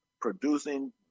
producing